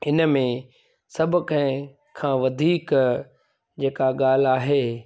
हिनमें सभु कंहिं खां वधीक जेका ॻाल्हि आहे